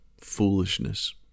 foolishness